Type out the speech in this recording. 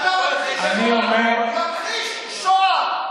אתה מכחיש שואה.